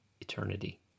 eternity